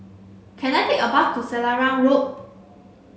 can I take a bus to Selarang Road